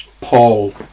Paul